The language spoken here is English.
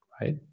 right